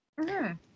-hmm